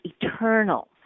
eternal